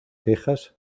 quejas